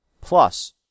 Plus